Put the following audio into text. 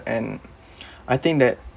and I think that